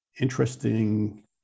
interesting